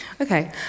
Okay